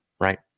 right